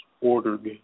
ordered